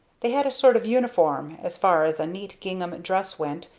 they had a sort of uniform, as far as a neat gingham dress went,